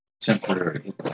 temporary